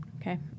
Okay